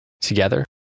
Together